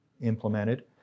implemented